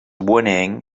whinnying